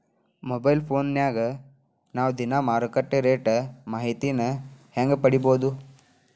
Mobile ಫೋನ್ಯಾಗ ನಾವ್ ದಿನಾ ಮಾರುಕಟ್ಟೆ ರೇಟ್ ಮಾಹಿತಿನ ಹೆಂಗ್ ಪಡಿಬೋದು?